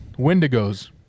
wendigos